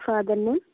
father name